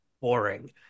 boring